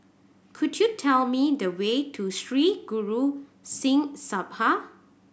could you tell me the way to Sri Guru Singh Sabha